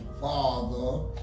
Father